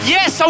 Yes